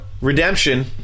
Redemption